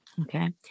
Okay